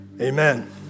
Amen